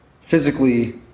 physically